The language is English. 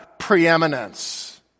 preeminence